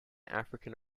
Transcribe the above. african